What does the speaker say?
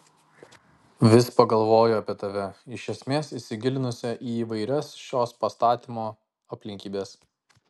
vis pagalvoju apie tave iš esmės įsigilinusią į įvairias šios pastatymo aplinkybes